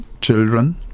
children